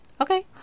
okay